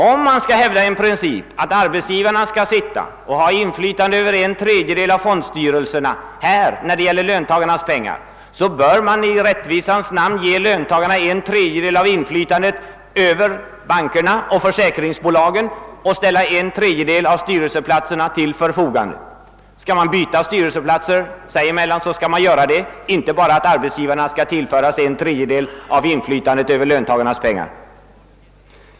Om man skall hävda principen, att arbetsgivarna skall ha inflytande över en tredjedel av fondstyrelserna när det gäller löntagarnas pengar, bör man i rättvisans namn ge löntagarna en tredjedel av inflytandet över bankerna och försäkringsbolagen och ställa en tredjedel av styrelseplatserna där till förfogande. Skall man byta styrelseplatser mellan sig, så skall man göra det och inte bara gå in för att arbetsgivarna tillförs en tredjedel av inflytandet över löntagarnas pengar.